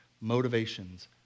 Motivations